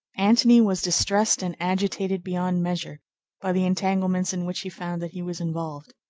antony was distressed and agitated beyond measure by the entanglements in which he found that he was involved.